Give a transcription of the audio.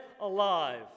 alive